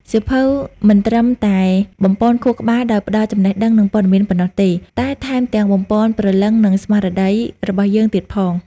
សៀវភៅមិនត្រឹមតែ បំប៉នខួរក្បាល ដោយផ្តល់ចំណេះដឹង និងព័ត៌មានប៉ុណ្ណោះទេ តែថែមទាំង បំប៉នព្រលឹង និងស្មារតី របស់យើងទៀតផង។